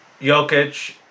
Jokic